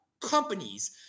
companies